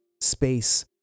space